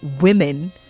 women